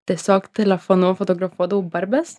tiesiog telefonu fotografuodavau barbes